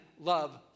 love